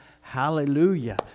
hallelujah